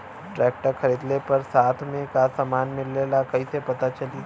Tractor खरीदले पर साथ में का समान मिलेला कईसे पता चली?